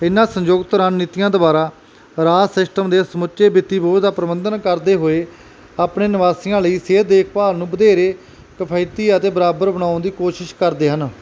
ਇਨਾ ਸੰਯੁਕਤ ਰਣਨੀਤੀਆਂ ਦੁਆਰਾ ਰਾਜ ਸਿਸਟਮ ਦੇ ਸਮੁੱਚੇ ਵਿੱਤੀ ਬੋਧ ਦਾ ਪ੍ਰਬੰਧਨ ਕਰਦੇ ਹੋਏ ਆਪਣੇ ਨਿਵਾਸੀਆਂ ਲਈ ਸਿਹਤ ਦੇਖਭਾਲ ਨੂੰ ਵਧੇਰੇ ਕਫਾਇਤੀ ਅਤੇ ਬਰਾਬਰ ਬਣਾਉਣ ਦੀ ਕੋਸ਼ਿਸ਼ ਕਰਦੇ ਹਨ